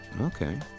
Okay